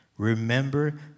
Remember